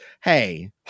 hey